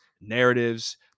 narratives